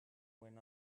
when